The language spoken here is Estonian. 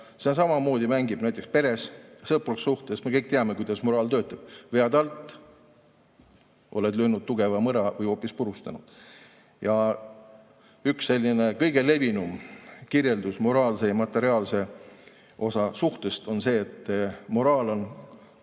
see samamoodi mängib näiteks peres ja sõprussuhtes. Me kõik teame, kuidas moraal töötab. Vead alt, oled löönud tugeva mõra või hoopis purustanud. Ja üks selline kõige levinum kirjeldus moraalse ja materiaalse osa suhtest on see, et moraal on